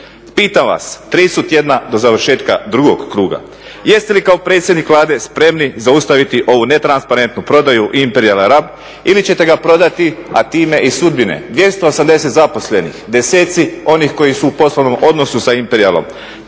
tjedna do završetka drugog kruga, jeste li kao predsjednik Vlade spremni zaustaviti ovu netransparentnu prodaju Imperijal Rab ili ćete ga prodati, a time i sudbine 280 zaposlenih, deseci onih koji su u poslovnom odnosu sa Imperijalom,